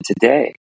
today